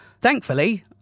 Thankfully